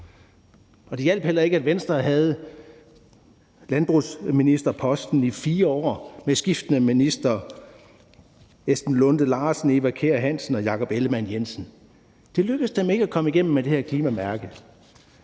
det hjalp heller ikke, at Venstre havde landbrugsministerposten i 4 år med skiftende ministre: Esben Lunde Larsen, Eva Kjer Hansen og Jakob Ellemann-Jensen. Det lykkedes dem ikke at komme igennem med det her klimamærke.